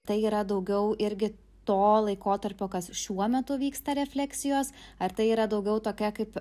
tai yra daugiau irgi to laikotarpio kas šiuo metu vyksta refleksijos ar tai yra daugiau tokia kaip